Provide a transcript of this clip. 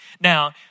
Now